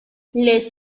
les